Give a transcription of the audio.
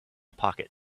pocket